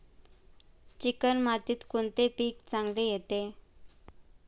Chicken मातीत कोणते पीक चांगले येते?